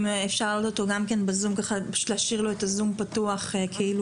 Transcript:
אם אפשר להעלות אותו בזום או להשאיר לו את הזום פתוח כאילו